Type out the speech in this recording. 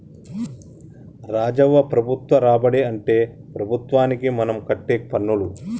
రాజవ్వ ప్రభుత్వ రాబడి అంటే ప్రభుత్వానికి మనం కట్టే పన్నులు